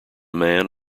man